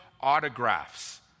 autographs